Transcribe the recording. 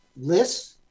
lists